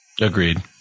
Agreed